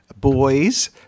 boys